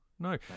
No